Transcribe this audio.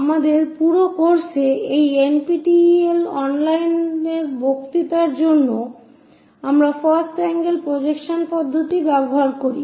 আমাদের পুরো কোর্সে এই NPTEL অনলাইন বক্তৃতাগুলির জন্য আমরা ফার্স্ট আঙ্গেল প্রজেকশন পদ্ধতি ব্যবহার করি